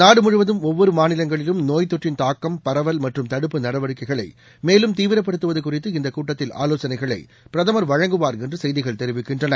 நாடு முழுவதும் ஒவ்வொரு மாநிலங்களிலும் நோய்த்தொற்றின் தாக்கம் பரவல் மற்றும் தடுப்புப் நடவடிக்கைகளை மேலும் தீவிரப்படுத்துவது குறித்து இந்த கூட்டத்தில் ஆலோசனைகளை பிரதமா் வழங்குவார் என்று செய்திகள் தெரிவிக்கின்றன